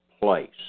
place